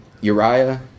Uriah